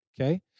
okay